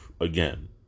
again